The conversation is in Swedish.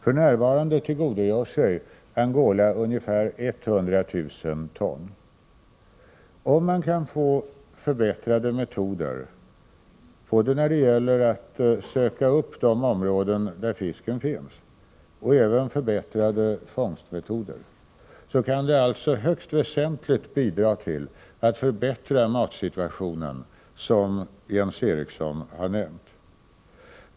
För närvarande tillgodogör sig Angola ungefär 100 000 ton. Om man kan få förbättrade metoder både när det gäller att söka upp de områden där fisken finns och när det gäller att fånga den, kan detta högst väsentligt bidra till att matsituationen förbättras, vilket Jens Eriksson har nämnt.